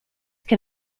can